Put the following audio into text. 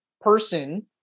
person